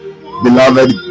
beloved